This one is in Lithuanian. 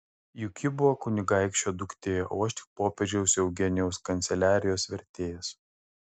juk ji buvo kunigaikščio duktė o aš tik popiežiaus eugenijaus kanceliarijos vertėjas